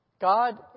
God